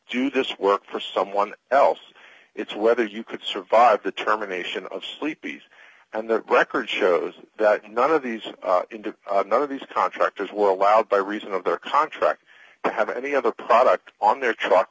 do this work for someone else it's whether you could survive the terminations of sleepy's and the record shows that none of these none of these contractors were allowed by reason of their contract to have any other product on their truck